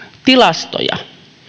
tilastoja